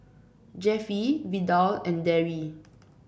Jeffie Vidal and Darry